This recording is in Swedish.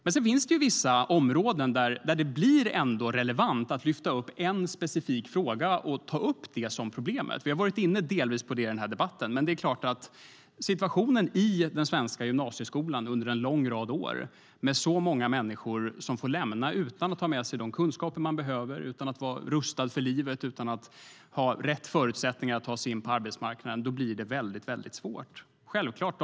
Det finns vissa områden där det är relevant att lyfta upp en specifik fråga och ta upp den som ett problem. Vi har varit inne på det i den här debatten. Med den situation som sedan flera år råder i den svenska gymnasieskolan med många människor som har lämnat skolan utan de kunskaper de behöver, utan att vara rustade för livet, utan att ha rätt förutsättningar att ta sig in på arbetsmarknaden blir det väldigt svårt.